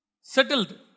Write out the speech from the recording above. Settled